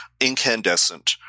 incandescent